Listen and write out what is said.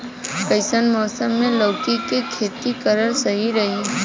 कइसन मौसम मे लौकी के खेती करल सही रही?